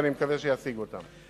ואני מקווה שישיג אותה.